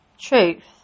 truth